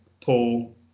Paul